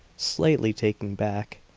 slightly taken back.